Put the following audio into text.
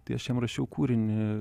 tai aš jam rašiau kūrinį